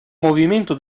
movimento